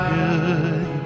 good